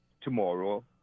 tomorrow